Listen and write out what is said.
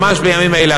ממש בימים אלה,